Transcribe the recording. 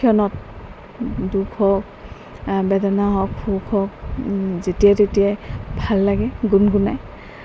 দুখ হওক বেদনা হওক সুখ হওক যেতিয়াই তেতিয়াই ভাল লাগে গুনগুনাই